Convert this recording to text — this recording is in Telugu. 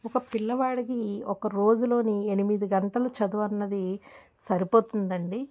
ఒక పిల్లవాడికి ఒక రోజులోని ఎనిమిది గంటలు చదువన్నది సరిపోతుందండి